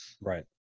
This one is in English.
Right